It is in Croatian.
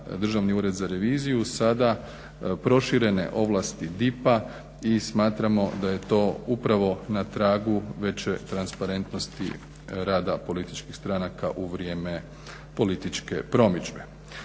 državni ured za reviziju sada proširene ovlasti DIP-a i smatramo da je to upravo na tragu veće transparentnosti rada političkih stranaka u vrijeme političke promidžbe.